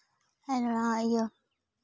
ᱦᱮᱸ ᱱᱚᱣᱟ ᱤᱭᱟᱹ